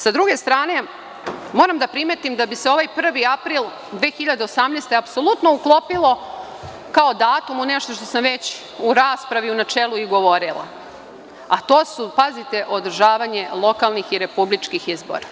S druge strane, moram da primetim da bi se ovaj 1. april 2018. godine apsolutno uklopio kao datum u nešto što sam već u raspravi u načelu i govorila, a to su, pazite, održavanje lokalnih i republičkih izbora.